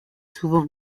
souvent